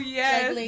yes